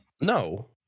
No